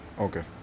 Okay